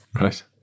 right